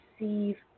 receive